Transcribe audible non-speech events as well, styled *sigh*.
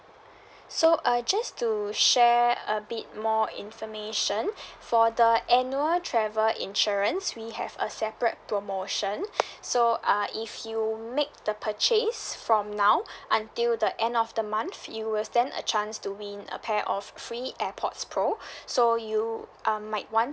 so uh just to share a bit more information for the annual travel insurance we have a separate promotion *breath* so uh if you make the purchase from now until the end of the month you will stand a chance to win a pair of three airpods pro *breath* so you um might want